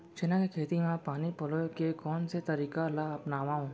चना के खेती म पानी पलोय के कोन से तरीका ला अपनावव?